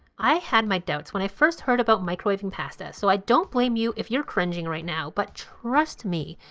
i had my doubts when i first heard about microwaving pasta so i don't blame you if you're cringing right now. but trust me,